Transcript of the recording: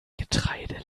getreide